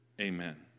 Amen